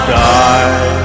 die